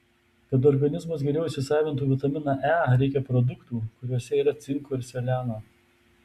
kad organizmas geriau įsisavintų vitaminą e reikia produktų kuriuose yra cinko ir seleno